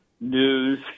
News